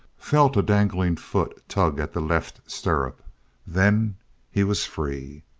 felt a dangling foot tug at the left stirrup then he was free.